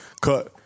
Cut